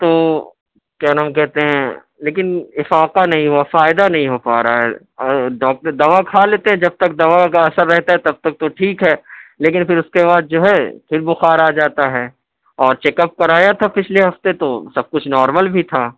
تو کیا نام کہتے ہیں لیکن افاقہ نہیں ہوا فائدہ نہیں ہو پا رہا ہے اور ڈاکٹر دوا کھا لیتے ہیں جب تک دواؤں کا اثر رہتا ہے تب تک تو ٹھیک ہے لیکن پھر اس کے بعد جو ہے پھر بخار آ جاتا ہے اور چیک اپ کرایا تھا پچھلے ہفتے تو سب کچھ نارمل بھی تھا